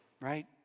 Right